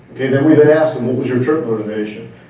okay then we'd ask them what was your trip motivation.